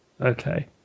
okay